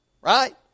right